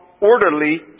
orderly